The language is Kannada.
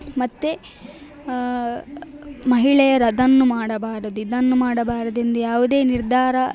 ಮತ್ತು ಮಹಿಳೆಯರು ಅದನ್ನು ಮಾಡಬಾರದು ಇದನ್ನು ಮಾಡಬಾರದು ಎಂದು ಯಾವುದೇ ನಿರ್ಧಾರ